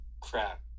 crap